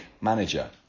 manager